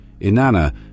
Inanna